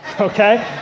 okay